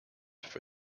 for